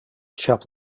chap